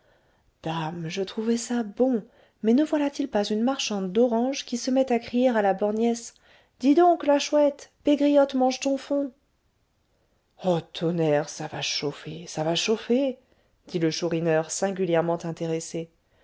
dame je trouvais ça bon mais ne voilà-t-il pas une marchande d'oranges qui se met à crier à la borgnesse dis donc la chouette pégriotte mange ton fonds oh tonnerre ça va chauffer ça va chauffer dit le chourineur singulièrement intéressé